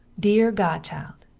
deer godchild,